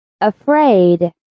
Afraid